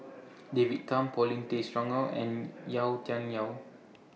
David Tham Paulin Tay Straughan and Yau Tian Yau